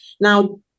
Now